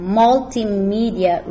multimedia